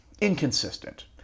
inconsistent